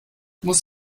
muss